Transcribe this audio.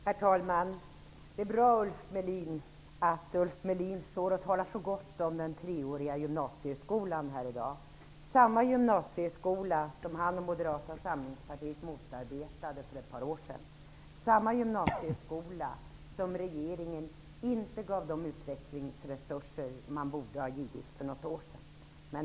Herr talman! Det är bra att Ulf Melin talar så väl om den treåriga gymnasieskolan; samma gymnasieskola som han och moderata samlingspartiet motarbetade för ett par år sedan. Samma gymnasieskola som regeringen inte gav de utvecklingsresurser man borde ha givit för något år sedan.